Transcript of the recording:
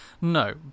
No